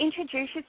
introduce